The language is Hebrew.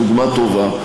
שהיא דוגמה טובה,